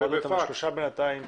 אחר כך שלושה עותקים,